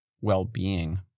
well-being